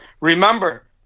remember